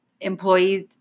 employees